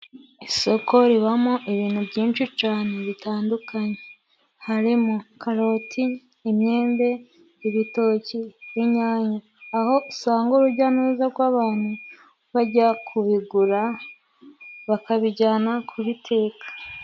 Isoko ribamo ibintu byinshi cane bitandukanye. Harimo karoti, imyembe, ibitoki, inyanya. Aho usanga urujya n'uruza rw'abantu bajya kubigura bakabijyana kubiteka.